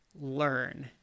learn